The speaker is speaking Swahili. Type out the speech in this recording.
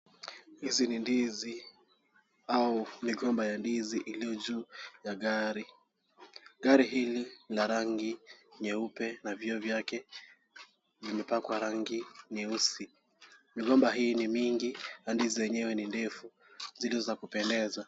Hizi ni ndizi au migomba ya ndizi iliyo juu ya gari. Gari hili la rangi nyeupe na vioo vyake vimepakwa rangi nyeusi. Migomba hii ni mingi na ndizi zenyewe ni ndefu zile za kupendeza.